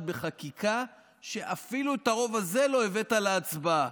בחקיקה כשאפילו את הרוב הזה לא הבאת להצבעה.